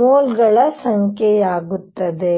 ಮೋಲ್ಗಳ ಸಂಖ್ಯೆಯಾಗುತ್ತದೆ